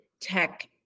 tech